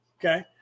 Okay